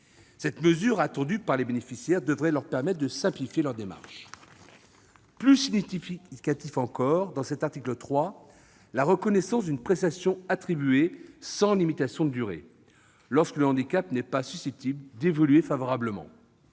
Cette mesure, attendue par les bénéficiaires, devrait leur permettre de simplifier leurs démarches. Plus significatif encore, l'article 3 ouvre la voie à une prestation attribuée sans limitation de durée, lorsque le handicap n'est pas susceptible d'évoluer favorablement.